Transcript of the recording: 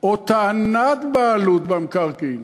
או טענת בעלות במקרקעין,